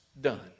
done